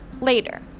later